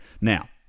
now